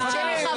הבן שלי חווה.